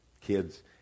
kids